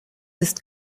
ist